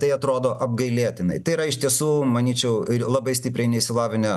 tai atrodo apgailėtinai tai yra iš tiesų manyčiau labai stipriai neišsilavinę